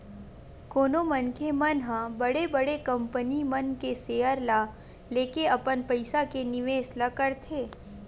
कोनो मनखे मन ह बड़े बड़े कंपनी मन के सेयर ल लेके अपन पइसा के निवेस ल करथे